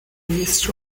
este